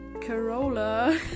Corolla